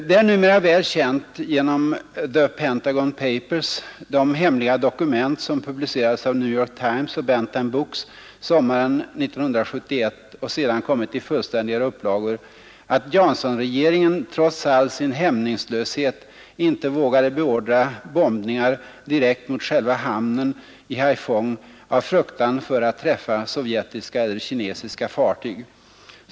Det är numera väl känt genom The Pentagon Papers, de hemliga dokument som publicerades av New York Times och Bantam Books sommaren 1971 och sedan kommit i fullständigare upplagor, att Johnsonregeringen trots all sin hämningslöshet inte vågade beordra bombningar mot själva hamnen i Haiphong av fruktan för att träffa sovjetiska eller kinesiska fartyg.